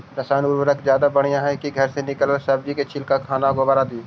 रासायन उर्वरक ज्यादा बढ़िया हैं कि घर से निकलल सब्जी के छिलका, खाना, गोबर, आदि?